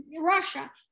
Russia